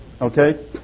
Okay